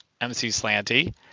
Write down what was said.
mcslanty